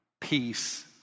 peace